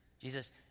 Jesus